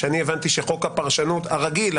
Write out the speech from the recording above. שאני הבנתי שחוק הפרשנות הרגיל,